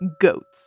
goats